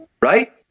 Right